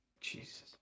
Jesus